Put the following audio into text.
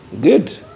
Good